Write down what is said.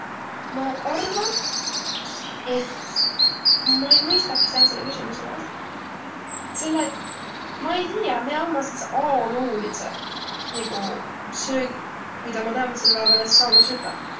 Ma arva, et ma ei mõistaki sääntsele küsümüsele vastadaq, selle et ma ei tiiäq, miä ommaq sääntseq aoluulidsõq nigu söögiq, midä ma täämbätsel pääväl es saanuq süvväq.